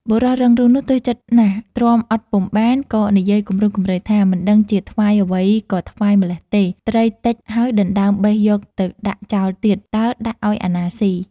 បុរសរឹងរូសនោះទើសចិត្តណាស់ ទ្រាំអត់ពុំបាន ក៏និយាយគំរោះគំរើយថា "មិនដឹងជាថ្វាយអ្វីក៏ថ្វាយម្ល៉េះទេ! ត្រីតិចហើយដណ្តើមបេះយកទៅដាក់ចោលទៀត តើដាក់ឲ្យអាណាស៊ី!"។